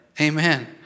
Amen